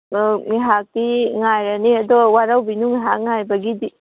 ꯑꯧ ꯉꯥꯏꯍꯥꯛꯇꯤ ꯉꯥꯏꯔꯅꯤ ꯑꯗꯣ ꯋꯥꯔꯧꯕꯤꯅꯨ ꯉꯥꯏꯍꯥꯛ ꯉꯥꯏꯕꯒꯤꯗꯤ